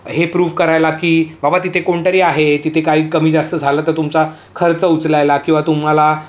हे प्रूफ करायला की बाबा तिथे कोणतरी आहे तिथे काही कमी जास्त झालं तर तुमचा खर्च उचलायला किंवा तुम्हाला